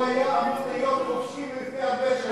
הוא היה אמור להיות חופשי לפני הרבה שנים.